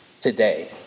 today